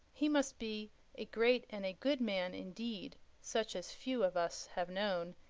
he must be a great and a good man indeed, such as few of us have known,